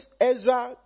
Ezra